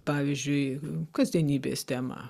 pavyzdžiui kasdienybės tema